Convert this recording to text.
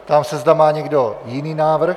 Ptám se, zda má někdo jiný návrh.